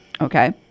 Okay